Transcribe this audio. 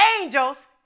angels